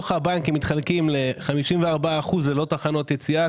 הבנקים מתחלקים ל-54% ללא תחנות יציאה,